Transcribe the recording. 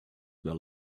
were